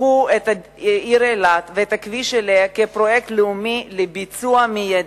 קחו את העיר אילת ואת הכביש אליה כפרויקט לאומי לביצוע מיידי.